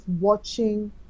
watching